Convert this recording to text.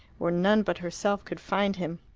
where none but herself could find him!